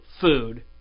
food